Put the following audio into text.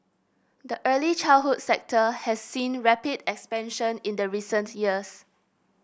the early childhood sector has seen rapid expansion in the recent years